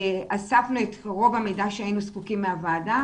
אספנו את רוב המידע שהיינו זקוקים מהוועדה,